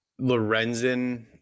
lorenzen